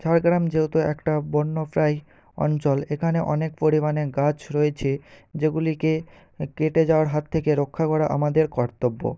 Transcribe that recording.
ঝাড়গ্রাম যেহেতু একটা বন্যপায়ী অঞ্চল এখানে অনেক পরিমাণে গাছ রয়েছে যেগুলিকে কেটে যাওয়ার হাত থেকে রক্ষা করা আমাদের কর্তব্য